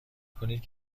کنید